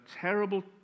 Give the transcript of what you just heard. terrible